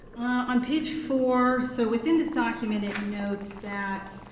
on page four, so within this document it notes that